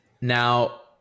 Now